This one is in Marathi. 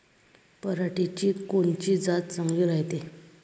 पऱ्हाटीची कोनची जात चांगली रायते?